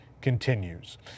continues